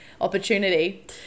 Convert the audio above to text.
opportunity